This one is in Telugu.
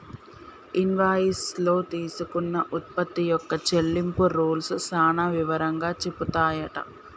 ఇన్వాయిస్ లో తీసుకున్న ఉత్పత్తి యొక్క చెల్లింపు రూల్స్ సాన వివరంగా చెపుతారట